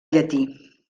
llatí